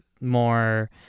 more